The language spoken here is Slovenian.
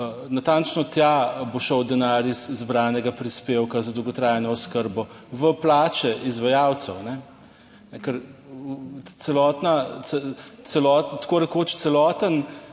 natančno tja bo šel denar iz zbranega prispevka za dolgotrajno oskrbo v plače izvajalcev, ker celotna, tako rekoč celoten,